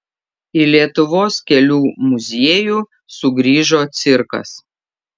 į lietuvos kelių muziejų sugrįžo cirkas